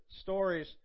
stories